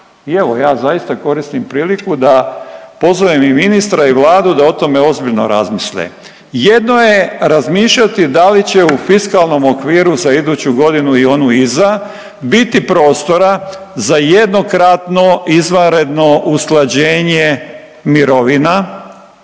I evo ja zaista koristim priliku da pozovem i ministra i Vladu da o tome ozbiljno razmisle. Jedno je razmišljati da li će u fiskalnom okviru za iduću godinu i onu iza biti prostora za jednokratno izvanredno usklađenje mirovina,